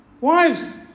Wives